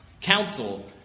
council